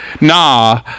nah